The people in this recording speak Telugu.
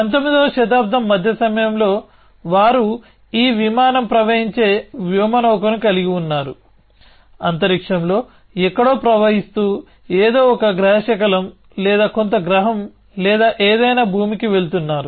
19వ శతాబ్దం మధ్య సమయంలో వారు ఈ విమానం ప్రవహించే వ్యోమనౌకను కలిగి ఉన్నారు అంతరిక్షంలో ఎక్కడో ప్రవహిస్తూ ఏదో ఒక గ్రహశకలం లేదా కొంత గ్రహం లేదా ఏదైనా భూమికి వెళుతున్నారు